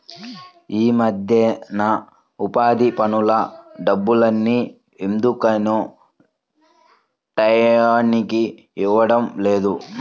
యీ మద్దెన ఉపాధి పనుల డబ్బుల్ని ఎందుకనో టైయ్యానికి ఇవ్వడం లేదు